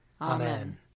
Amen